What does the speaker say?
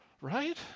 right